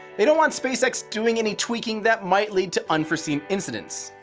they don't want spacex doing any tweaking that might lead to unforeseen incidents.